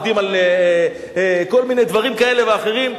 עובדים על כל מיני דברים כאלה ואחרים,